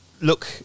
look